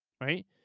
right